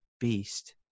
beast